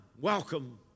welcome